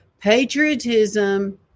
patriotism